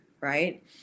right